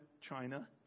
China